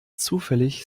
zufällig